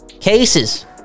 cases